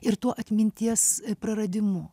ir tuo atminties praradimu